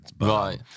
Right